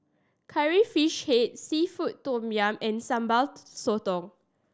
Curry Fish Head seafood tom yum and Sambal Sotong